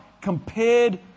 Compared